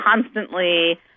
constantly